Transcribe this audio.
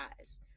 eyes